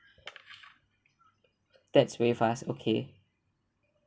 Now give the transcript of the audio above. that's very fast okay